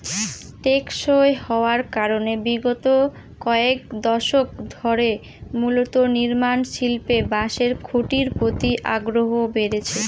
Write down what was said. টেকসই হওয়ার কারনে বিগত কয়েক দশক ধরে মূলত নির্মাণশিল্পে বাঁশের খুঁটির প্রতি আগ্রহ বেড়েছে